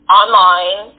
online